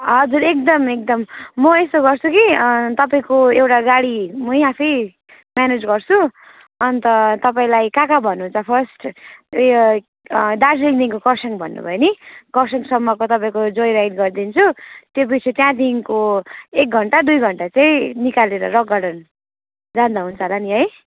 हजुर एकदम एकदम म यसो गर्छु कि तपाईँको एउटा गाडी मै आफै म्यानेज गर्छु अन्त तपाईँलाई कहाँ कहाँ भन्नुहुन्छ फर्स्ट उयो दार्जिलिङदेखिको खरसाङ भन्नुभयो नि खरसाङसम्मको तपाईँको जय राइड गरिदिन्छु त्यहाँपछि त्यहाँदेखिको एक घन्टा दुई घन्टा चाहिँ निकालेर रक गार्डन जाँदा हुन्छ होला नि है